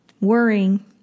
Worrying